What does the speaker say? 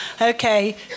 Okay